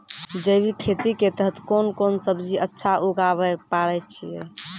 जैविक खेती के तहत कोंन कोंन सब्जी अच्छा उगावय पारे छिय?